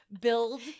build